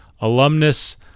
alumnus